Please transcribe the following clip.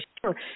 sure